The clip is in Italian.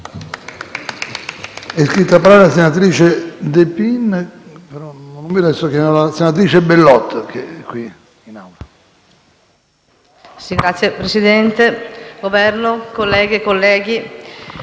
Signor Presidente, Governo, colleghe e colleghi,